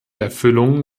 erfüllung